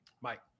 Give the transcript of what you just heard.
Mike